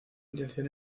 intención